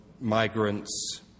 migrants